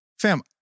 Fam